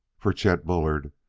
for chet bullard,